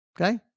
Okay